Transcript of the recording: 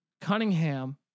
Cunningham